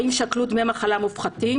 האם שקלו דמי מחלה מופחתים?